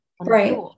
right